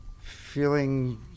feeling